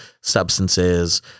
substances